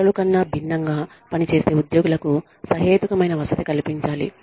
ఇతరులకన్నా భిన్నంగా పని చేసే ఉద్యోగులకు సహేతుకమైన వసతి కల్పించాలి